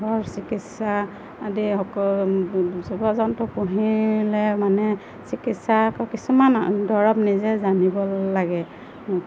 চিকিৎসা আদি সকলো জীৱ জন্তু পুহিলে মানে চিকিৎসা কিছুমান দৰৱ নিজে জানিব লাগে